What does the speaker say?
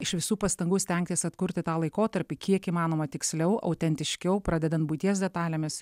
iš visų pastangų stengtis atkurti tą laikotarpį kiek įmanoma tiksliau autentiškiau pradedant buities detalėmis